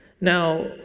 Now